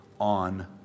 on